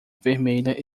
vermelha